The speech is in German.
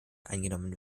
eingenommen